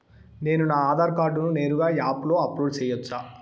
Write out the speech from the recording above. నేను నా ఆధార్ కార్డును నేరుగా యాప్ లో అప్లోడ్ సేయొచ్చా?